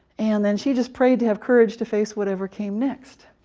and then she just prayed to have courage to face whatever came next.